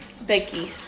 Becky